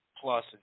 Plus